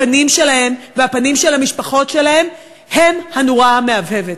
הפנים שלהם והפנים של המשפחות שלהם הם הנורה המהבהבת.